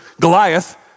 Goliath